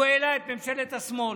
הוא העלה את ממשלת השמאל.